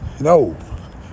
No